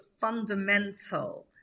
fundamental